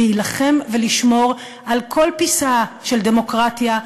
להילחם ולשמור על כל פיסה של דמוקרטיה,